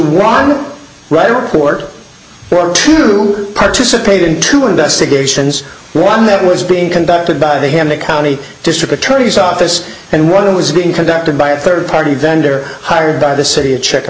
to write a report or to participate in two investigations one that was being conducted by the him a county district attorney's office and one was being conducted by a third party vendor hired by the city a check